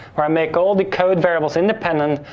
where i make all the code variable independent,